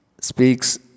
speaks